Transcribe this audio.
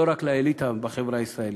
לא רק לאליטה בחברה הישראלית.